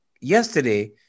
Yesterday